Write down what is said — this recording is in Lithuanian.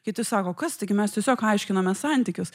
kiti sako kas taigi mes tiesiog aiškinamės santykius